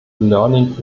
learning